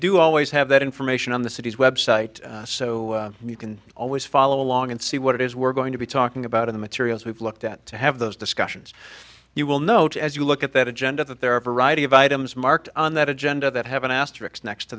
do always have that information on the city's website so you can always follow along and see what it is we're going to be talking about in the materials we've looked at to have those discussions you will note as you look at that agenda that there are a variety of items marked on that agenda that have an asterisk next to